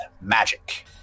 magic